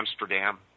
Amsterdam